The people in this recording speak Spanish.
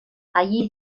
allí